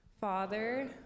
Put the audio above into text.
Father